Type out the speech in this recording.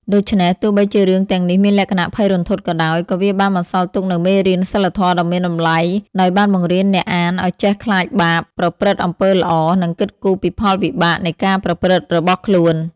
ដូច្នេះ ទោះបីជារឿងទាំងនេះមានលក្ខណៈភ័យរន្ធត់ក៏ដោយ ក៏វាបានបន្សល់ទុកនូវមេរៀនសីលធម៌ដ៏មានតម្លៃ ដោយបានបង្រៀនអ្នកអានឲ្យចេះខ្លាចបាប ប្រព្រឹត្តអំពើល្អ និងគិតគូរពីផលវិបាកនៃការប្រព្រឹត្តរបស់ខ្លួន។